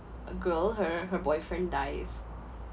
uh girl her her boyfriend dies